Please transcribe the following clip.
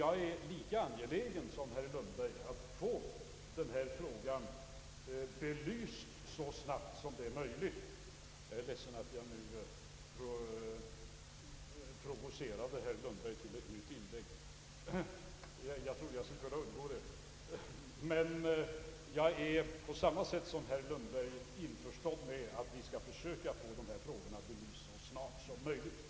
Jag är emellertid lika angelägen som herr Lundberg att få den här frågan belyst så snart som möjligt. Jag är ledsen att jag nu provocerar herr Lundberg till ett nytt inlägg — jag trodde jag skulle kunna undgå det.